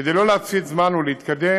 כדי שלא להפסיד זמן ולהתקדם,